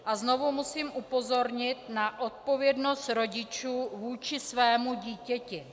A znovu musím upozornit na odpovědnost rodičů vůči svému dítěti.